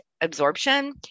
absorption